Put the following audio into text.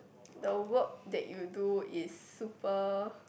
the work that you do is super